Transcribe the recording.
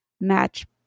match